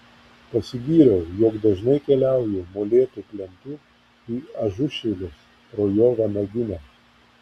pasigyriau jog dažnai keliauju molėtų plentu į ažušilius pro jo vanaginę